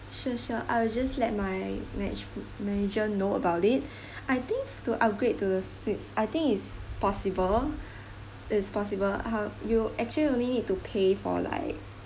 sure sure I'll just let my mana~ manager know about it I think to upgrade to the suits I think is possible it's possible uh you actually only need to pay for like